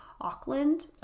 Auckland